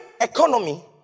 economy